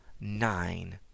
nine